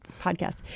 podcast